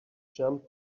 jump